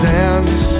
dance